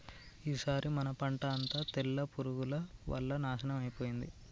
ఈసారి మన పంట అంతా తెల్ల పురుగుల వల్ల నాశనం అయిపోయింది